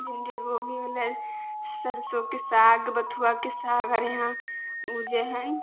भिण्डी गोभी होलै सरिसोके साग बथुआके साग आर यहाँ उपजै हइ